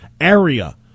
area